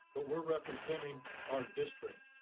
but we're representing our district.